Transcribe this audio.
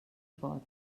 pot